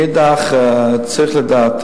מנגד, צריך לדעת.